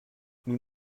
nous